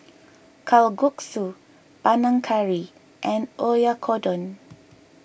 Kalguksu Panang Curry and Oyakodon